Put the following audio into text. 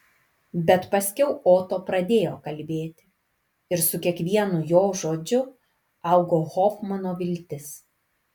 bet paskiau oto pradėjo kalbėti ir su kiekvienu jo žodžiu augo hofmano viltis